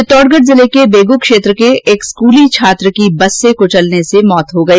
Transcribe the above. चित्तौड़गढ के बेगू क्षेत्र के एक स्कूली छात्र की बस से कुचलने से मौत हो गई